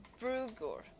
Brugor